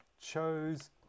chose